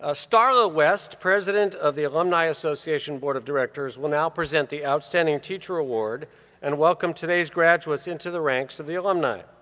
ah starla west, president of the alumni association board of directors, will now present the outstanding teacher award and welcome today's graduates into the ranks of the alumni.